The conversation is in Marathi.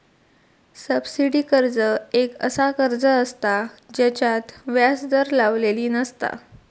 सबसिडी कर्ज एक असा कर्ज असता जेच्यात व्याज दर लावलेली नसता